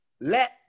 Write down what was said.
let